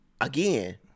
again